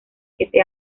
siete